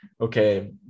okay